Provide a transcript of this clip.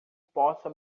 possa